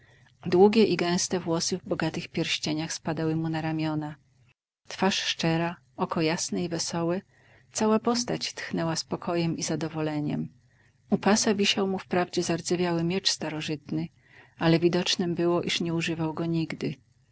długie i gęste włosy w bogatych pierścieniach spadały mu na ramiona twarz szczera oko jasne i wesołe cała postać tchnęła spokojem i zadowoleniem u pasa wisiał mu wprawdzie zardzewiały miecz starożytny ale widocznem było iż nie używał go nigdy